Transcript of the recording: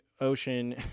ocean